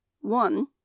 One